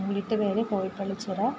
വീട്ടുപേര് കോഴിപ്പള്ളിച്ചിറ